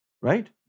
Right